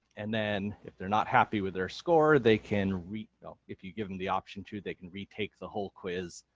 and then if they're not happy with their score they can read them, if you give them the option to they can retake the whole quiz,